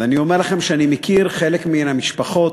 ואני אומר לכם שאני מכיר חלק מן המשפחות,